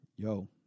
Yo